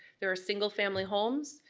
there are single-family homes,